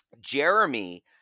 Jeremy